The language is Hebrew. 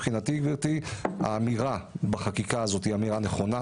לכן מבחינתי האמירה בחקיקה הזאת היא נכונה.